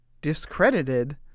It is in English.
discredited